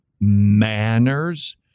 manners